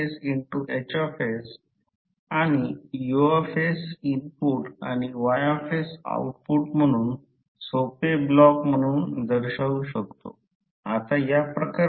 आता साधारणपणे जर ते बनवायचे असेल तर जे फेरोमॅग्नेटिक मटेरियलला पूर्णपणे डिमॅग्नेटाइझ करायचे आहे आकृतीकडे जाण्यापूर्वी काय करावे लागेल B H 0 करा म्हणजे I हा 0 असावा